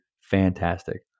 fantastic